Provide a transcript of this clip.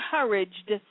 encouraged